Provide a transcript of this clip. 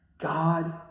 God